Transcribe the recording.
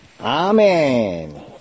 Amen